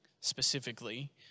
specifically